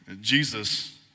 Jesus